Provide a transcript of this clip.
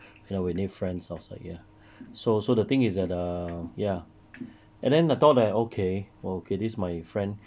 ya we need friends outside ya so so the thing is that err ya and then I thought that err okay oh okay this my friend